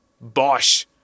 bosh